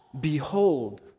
Behold